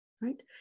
right